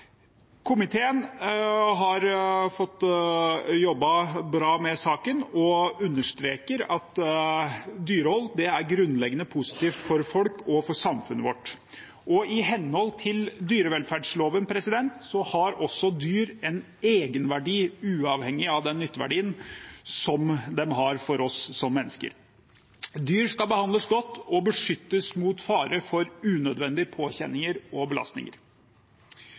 Komiteen har jobbet bra med saken og understreker at dyrehold er grunnleggende positivt for folk og for samfunnet vårt. I henhold til dyrevelferdsloven har også dyr en egenverdi, uavhengig av den nytteverdien de har for oss mennesker. Dyr skal behandles godt og beskyttes mot fare for unødvendige påkjenninger og belastninger.